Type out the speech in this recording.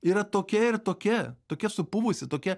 yra tokia ir tokia tokia supuvusi tokia